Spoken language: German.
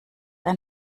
ein